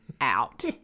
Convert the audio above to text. out